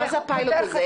מה זה הפיילוט הזה?